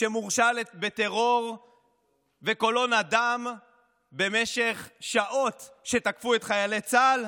שמורשע בטרור וקולו נדם במשך שעות כשתקפו את חיילי צה"ל,